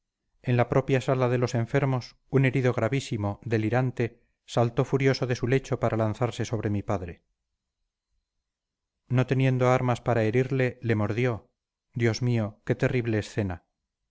en la propia sala de los enfermos un herido gravísimo delirante saltó furioso de su lecho para lanzarse sobre mi padre no teniendo armas para herirle le mordió dios mío qué terrible escena